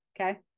Okay